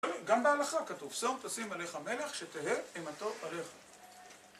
גם בהלכה כתוב, שום תשים עליך מלך שתהיה אימתו עליך